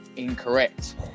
Incorrect